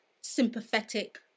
sympathetic